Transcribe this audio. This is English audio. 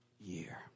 year